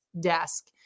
desk